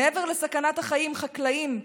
מעבר לסכנת החיים, החקלאים,